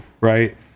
right